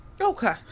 Okay